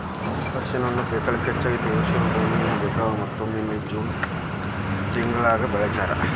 ಅರಿಶಿಣವನ್ನ ಬೆಳಿಲಿಕ ಹೆಚ್ಚಗಿ ತೇವಾಂಶ ಇರೋ ಭೂಮಿ ಬೇಕಾಗತದ ಮತ್ತ ಮೇ, ಜೂನ್ ತಿಂಗಳನ್ಯಾಗ ಬೆಳಿಸ್ತಾರ